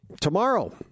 Tomorrow